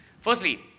Firstly